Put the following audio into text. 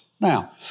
Now